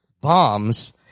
bombs